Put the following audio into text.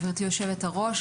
גברתי יושבת ראש,